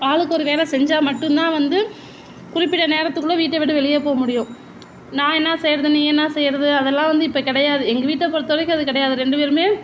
ஆளுக்கு ஒரு வேல செஞ்சா மட்டுந்தான் வந்து குறிப்பிட்ட நேரத்துக்குள்ள வீட்டை விட்டு வெளியே போக முடியும் நான் என்ன செய்கிறது நீ என்ன செய்கிறது அதெல்லாம் வந்து இப்போ கிடையாது எங்கள் வீட்டை பொறுத்த வரைக்கும் அது கிடையாது ரெண்டு பேரும்